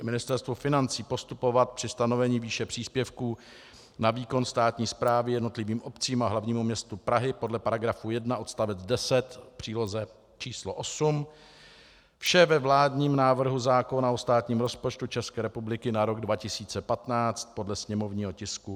Ministerstvu financí postupovat při stanovení výše příspěvků na výkon státní správy jednotlivým obcím a hlavnímu městu Praze podle § 1 odst. 10 v příloze číslo 8, vše ve vládním návrhu zákona o státním rozpočtu České republiky na rok 2015 podle sněmovního tisku 331.